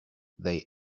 they